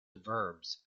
verbs